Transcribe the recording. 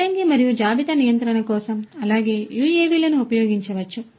గిడ్డంగి మరియు జాబితా నియంత్రణ కోసం అలాగే UAV లను ఉపయోగించవచ్చు